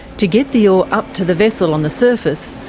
to get the ore up to the vessel on the surface,